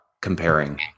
comparing